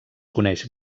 coneix